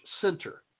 Center